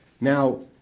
Now